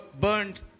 burned